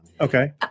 Okay